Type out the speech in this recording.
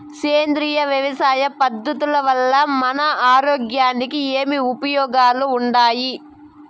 సేంద్రియ వ్యవసాయం పద్ధతుల వల్ల మన ఆరోగ్యానికి ఏమి ఉపయోగాలు వుండాయి?